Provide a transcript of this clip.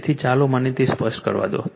તેથી ચાલો મને તે સ્પષ્ટ કરવા દો